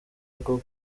bwo